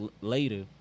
later